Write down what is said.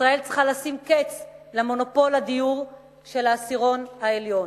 ישראל צריכה לשים קץ למונופול הדיור של העשירון העליון.